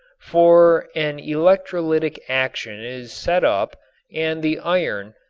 for an electrolytic action is set up and the iron,